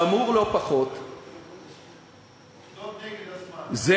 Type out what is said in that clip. חמור לא פחות, נגד הזמן.